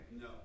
No